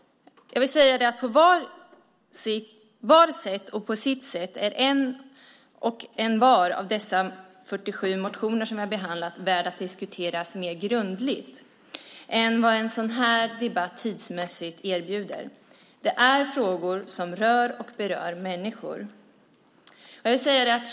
På sitt sätt är var och en av de 47 motioner som vi har behandlat värda att diskuteras mer grundligt än vad en sådan här debatt tidsmässigt erbjuder. Det är frågor som rör och berör människor.